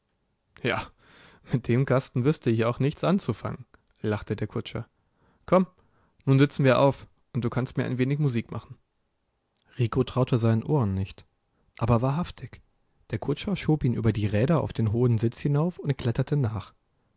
ja mit dem kasten wüßte ich auch nichts anzufangen lachte der kutscher komm nun sitzen wir auf und du kannst mir ein wenig musik machen rico traute seinen ohren nicht aber wahrhaftig der kutscher schob ihn über die räder auf den hohen sitz hinauf und kletterte nach